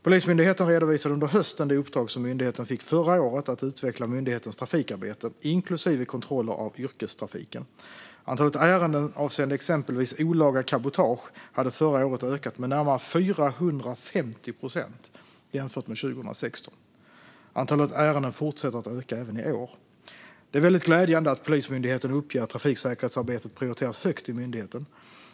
Polismyndigheten redovisade under hösten det uppdrag som myndigheten fick förra året att utveckla myndighetens trafikarbete, inklusive kontroller av yrkestrafiken. Antalet ärenden avseende exempelvis olaga cabotage hade förra året ökat med närmare 450 procent jämfört med 2016. Antalet ärenden fortsätter att öka även i år. Det är väldigt glädjande att Polismyndigheten uppger att trafiksäkerhetsarbetet prioriteras högt i myndigheten.